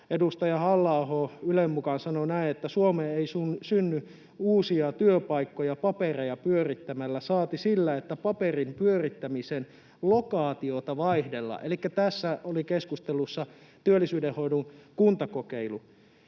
edustaja Halla-aho Ylen mukaan sanoi näin: ”Suomeen ei synny uusia työpaikkoja papereja pyörittämällä, saati sillä, että paperin pyörittämisen lokaatiota vaihdellaan.” Elikkä tässä oli keskustelussa työlli-syydenhoidon kuntakokeilu.